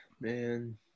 man